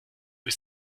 ist